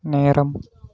நேரம்